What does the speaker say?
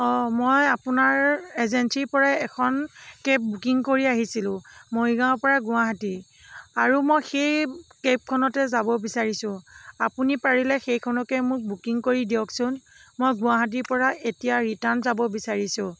অঁ মই আপোনাৰ এজেঞ্চিৰ পৰাই এখন কেব বুকিং কৰি আহিছিলোঁ মৰিগাঁৱৰ পৰা গুৱাহাটী আৰু মই সেই কেবখনতে যাব বিচাৰিছোঁ আপুনি পাৰিলে সেইখনকে মোক বুকিং কৰি দিয়কচোন মই গুৱাহাটীৰ পৰা এতিয়া ৰিটাৰ্ণ যাব বিচাৰিছোঁ